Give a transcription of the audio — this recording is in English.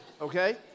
okay